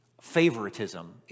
favoritism